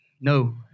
no